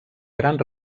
gran